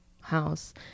house